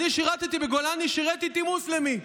אני שירתי בגולני, שירת איתי מוסלמי,